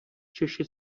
češi